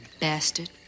bastard